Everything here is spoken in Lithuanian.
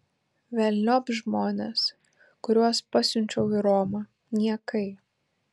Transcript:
velniop žmones kuriuos pasiunčiau į romą niekai